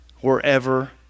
wherever